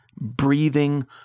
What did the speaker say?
breathing